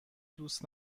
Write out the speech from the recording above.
دوست